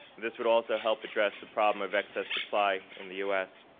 this would also help address the problem of excess supply in the u s.